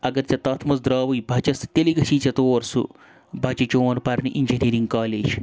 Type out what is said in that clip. اگر ژےٚ تَتھ منٛز دراوٕے بَچَس تیٚلی گٔژھِی ژےٚ تور سُہ بَچہِ چون پَرنہِ اِنجینٔرِنٛگ کالیج